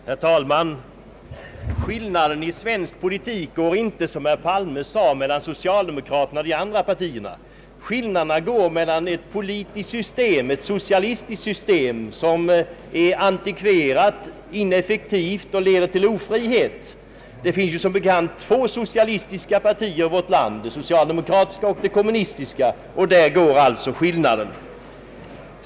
Herr talman! Skiljelinjen i svensk politik går inte, som herr Palme sade, mellan socialdemokratin och de andra partierna. Den går mellan ett politiskt system som ger effektivitet, frihet och inflytande från medborgaren och ett socialistiskt system som är antikverat, ineffektivt och leder till ofrihet. Två partier i vårt land företräder som bekant det socialistiska systemet, nämligen det socialdemokratiska och det kommunistiska, och där går alltså skillnaden.